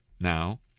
now